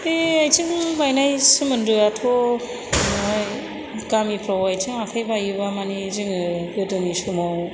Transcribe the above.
बे आथिं बायनाय सोमोन्दोयाथ' गामिफ्राव आथिं आखाइ बायोबा माने जोङो गोदोनि समाव